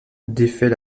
défait